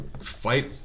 Fight